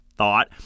Thought